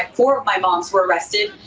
four of my moms were arrested.